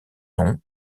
nom